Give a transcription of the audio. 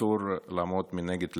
לקהילה העסקית אסור לעמוד מנגד,